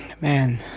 Man